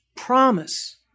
Promise